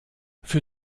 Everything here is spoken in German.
für